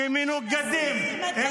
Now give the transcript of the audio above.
שמנוגדים --- אוי,